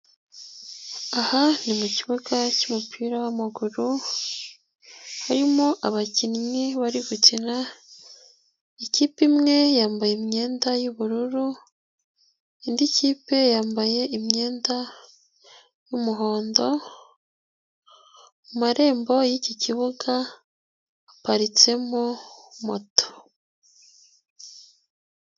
Aha ni mu kibuga cy'umupira w'amaguru, harimo abakinnyi bari gukina, ikipe imwe yambaye imyenda y'ubururu, indi kipe yambaye imyenda y'umuhondo, mu marembo yiki kibuga haparitsemo moto.